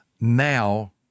now